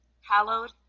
hallowed